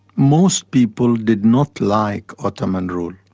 most people did not like ottoman rule.